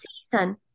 season